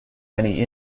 many